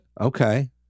okay